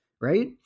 right